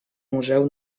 museu